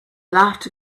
laughed